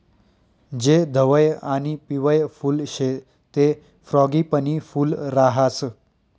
जे धवयं आणि पिवयं फुल शे ते फ्रॉगीपनी फूल राहास